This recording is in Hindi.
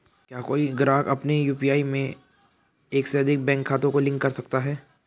क्या कोई ग्राहक अपने यू.पी.आई में एक से अधिक बैंक खातों को लिंक कर सकता है?